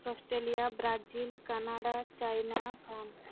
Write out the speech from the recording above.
Australia Brazil Canada China France